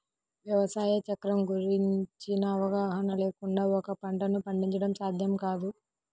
వ్యవసాయ చక్రం గురించిన అవగాహన లేకుండా ఒక పంటను పండించడం సాధ్యం కాదు